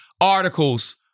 articles